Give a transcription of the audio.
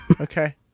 Okay